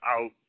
out